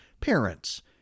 parents